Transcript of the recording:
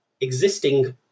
existing